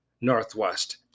Northwest